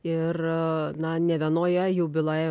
ir na nė vienoje jų byloje